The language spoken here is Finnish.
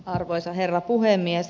arvoisa herra puhemies